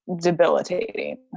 debilitating